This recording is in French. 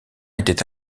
était